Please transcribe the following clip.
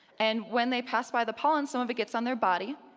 and when they pass by the pollen, some of it gets on their body,